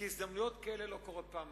כי הזדמנויות כאלה לא קורות פעמיים.